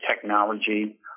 technology